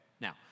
Now